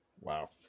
wow